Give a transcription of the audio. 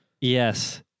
Yes